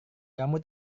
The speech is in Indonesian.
kamu